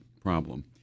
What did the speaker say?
problem